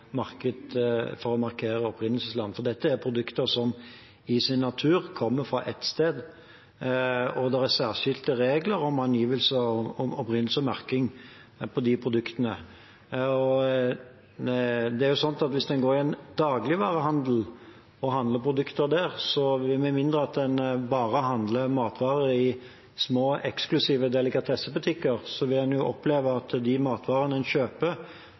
markere opprinnelsesland, for dette er produkter som i sin natur kommer fra ett sted, og det er særskilte regler om angivelse av opprinnelse og merking på de produktene. Hvis en går i en dagligvarehandel og handler produkter der – med mindre en bare handler matvarer i små, eksklusive delikatessebutikker – vil en oppleve at de matvarene en kjøper,